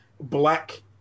black